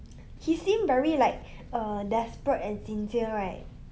he seemed very like err desperate and sincere right